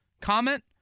comment